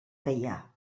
gaià